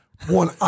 One